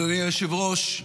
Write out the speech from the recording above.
אדוני היושב-ראש,